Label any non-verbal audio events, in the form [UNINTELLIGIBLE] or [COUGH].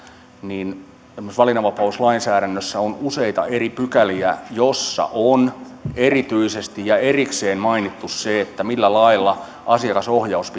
niin esimerkiksi valinnanvapauslainsäädännössä on useita eri pykäliä joissa on erityisesti ja erikseen mainittu se millä lailla asiakasohjaus [UNINTELLIGIBLE]